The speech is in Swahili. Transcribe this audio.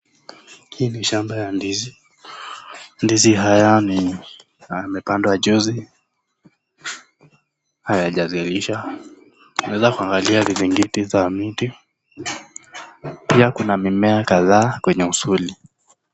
Hii ni shamba la ndizi .Ndizi haya ni yamepandwa juzi hayajazoeishwa unaeza kuangalia visingiti vya miti. Pia kuna mimea kadhaa kwenye usuli.